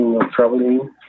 traveling